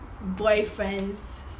boyfriend's